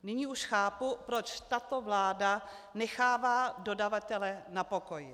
Nyní už chápu, proč tato vláda nechává dodavatele na pokoji.